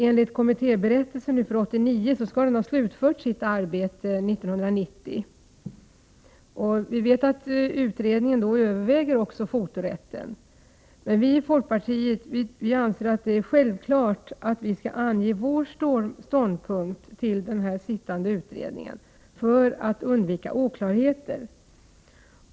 Enligt kommitté berättelsen för 1989 skall den ha slutfört sitt arbete 1990. Vi vet att utredningen överväger även fotorätten. Men vi i folkpartiet anser det vara självklart att vi skall ange vår ståndpunkt till den sittande utredningen, för att undvika oklarheter.